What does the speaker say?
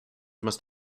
must